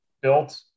built